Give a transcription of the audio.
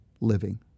living